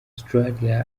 australie